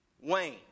Wayne